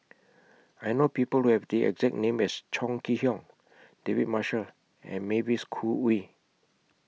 I know People Who Have The exact name as Chong Kee Hiong David Marshall and Mavis Khoo Oei